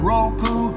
Roku